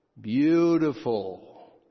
beautiful